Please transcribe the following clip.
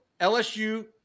LSU